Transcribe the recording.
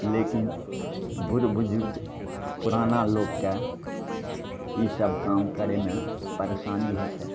लेकिन बूढ़ बुजुर्ग पुराना लोककेँ ईसब काम करैमे परेशानी होइ छै